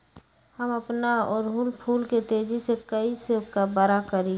हम अपना ओरहूल फूल के तेजी से कई से बड़ा करी?